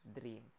Dream